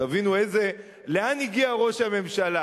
תבינו לאן הגיע ראש הממשלה.